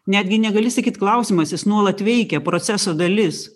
netgi negali sakyt klausymas jis nuolat veikia proceso dalis